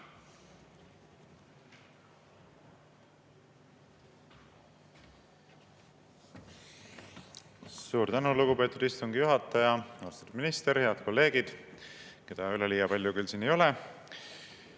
Suur tänu, lugupeetud istungi juhataja! Austatud minister! Head kolleegid, keda üleliia palju küll siin ei ole!